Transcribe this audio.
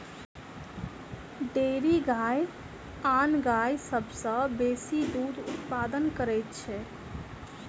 dairy गाय आन गाय सभ सॅ बेसी दूध उत्पादन करैत छै